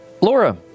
Laura